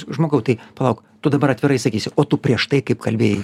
žmogau tai palauk tu dabar atvirai sakysi o tu prieš tai kaip kalbėjai